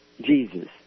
jesus